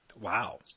Wow